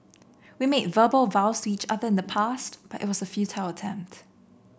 we made verbal vows each other in the past but it was a attempt